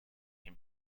can